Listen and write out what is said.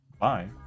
Bye